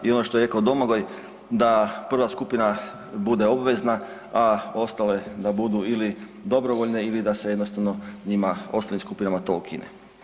I ono što je rekao Domagoj, da prva skupina bude obvezna, a ostale da budu ili dobrovoljne ili da se jednostavno njima, ostalim skupinama to ukine.